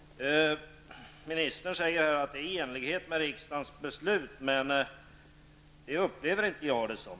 Ministern säger här att detta är i enlighet med riksdagens beslut, men detta är inte min uppfattning.